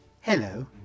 hello